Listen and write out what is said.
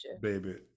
baby